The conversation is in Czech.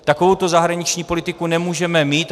Takovouto zahraniční politiku nemůžeme mít.